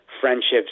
friendships